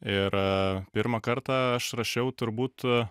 ir pirmą kartą aš rašiau turbūt